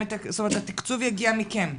והתקצוב יגיע מכם?